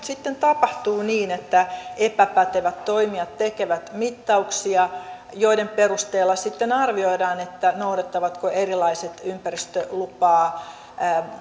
sitten tapahtuu niin että epäpätevät toimijat tekevät mittauksia joiden perusteella sitten arvioidaan noudattavatko erilaiset ympäristölupaa